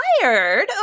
Tired